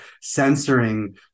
censoring